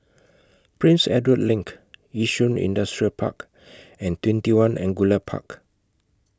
Prince Edward LINK Yishun Industrial Park and TwentyOne Angullia Park